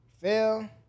fail